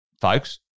folks